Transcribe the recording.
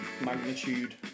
magnitude